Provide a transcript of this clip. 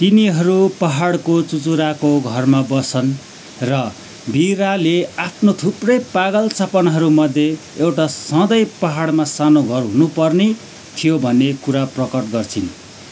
तिनीहरू पाहाडको चुचुराको घरमा बस्छन् र वीराले आफ्नो थुप्रै पागल सपनाहरूमध्ये एउटा सधैँ पाहाडमा सानो घर हुनुपर्ने थियो भन्ने कुरा प्रकट गर्छिन्